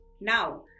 now